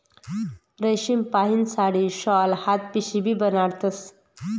रेशीमपाहीन साडी, शाल, हात पिशीबी बनाडतस